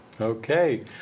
Okay